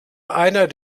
einer